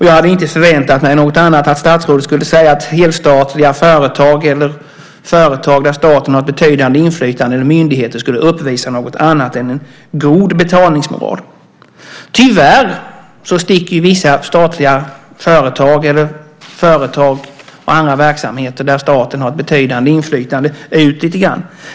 Jag hade inte väntat mig annat än att statsrådet skulle säga att helstatliga företag eller företag där staten har ett betydande inflytande eller myndigheter inte skulle uppvisa någonting annat än en god betalningsmoral. Tyvärr sticker vissa statliga företag eller företag och andra verksamheter där staten har ett betydande inflytande ut lite grann.